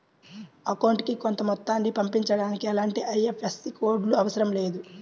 అకౌంటుకి కొంత మొత్తాన్ని పంపించడానికి ఎలాంటి ఐఎఫ్ఎస్సి కోడ్ లు అవసరం లేదు